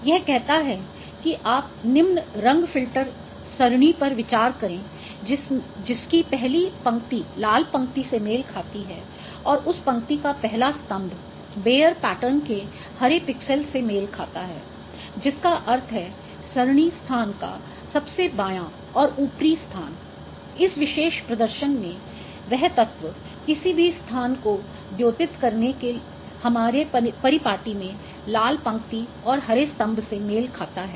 यह कहता है कि आप निम्न रंग फ़िल्टर सरणी पर विचार करें जिसकी पहली पंक्ति लाल पंक्ति से मेल खाती है और उस पंक्ति का पहला स्तंभ बेयर पैटर्न के हरे पिक्सेल से मेल खाता है जिसका अर्थ है सरणी स्थान का सबसे बाँया और ऊपरी स्थान इस विशेष प्रदर्शन में वह तत्व किसी भी स्थान को द्योतित करने के हमारे परिपाटी में लाल पंक्ति और हरे स्तंभ से मेल खाता है